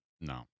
no